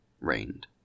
reigned